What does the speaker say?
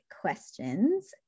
questions